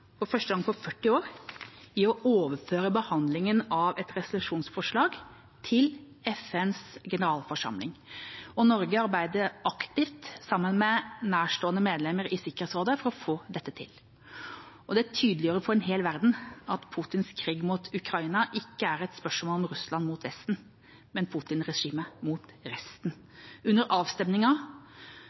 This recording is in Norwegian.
for første gang på 40 år – i å overføre behandlingen av et resolusjonsforslag til FNs generalforsamling. Norge arbeidet aktivt sammen med nærstående medlemmer i Sikkerhetsrådet for å få dette til. Det tydeliggjorde for en hel verden at Putins krig mot Ukraina ikke er et spørsmål om Russland mot Vesten, men Putin-regimet mot resten. Under